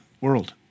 world